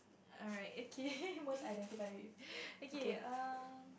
alright okay most identify okay err